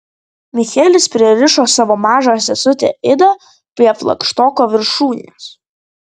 michelis pririšo savo mažą sesutę idą prie flagštoko viršūnės